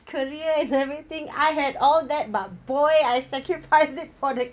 career is everything I had all that but boy I sacrifice it for the